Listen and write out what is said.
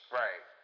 right